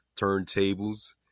turntables